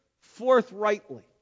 forthrightly